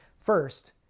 First